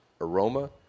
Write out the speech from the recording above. aroma